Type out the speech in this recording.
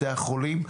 בתי החולים,